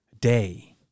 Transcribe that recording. Day